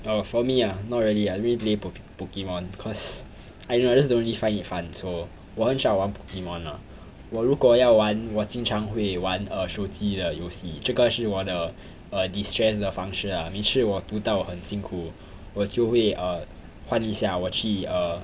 err for me ah not really ah I didn't play pok~ pokemon cause I don't know I just don't really find it fun so 我很少玩 pokemon lah 我如果要玩我经常会玩 err 手机的游戏这个是我的 err de stress 的方式啊每次我读到很辛苦我就会 err 换一下我去 err